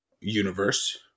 universe